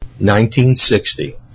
1960